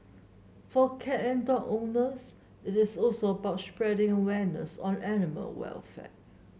for cat and dog owners it is also about spreading awareness on animal welfare